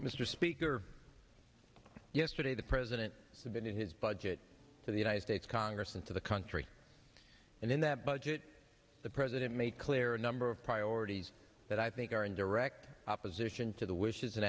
mr speaker yesterday the president has been in his budget to the united states congress and to the country and in that budget the president made clear a number of priorities that i think are in direct opposition to the wishes and